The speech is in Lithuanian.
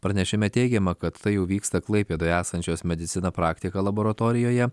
pranešime teigiama kad tai jau vyksta klaipėdoje esančios medicina praktika laboratorijoje